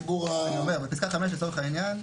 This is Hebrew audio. ציבור --- בפסקה 5 לצורך העניין,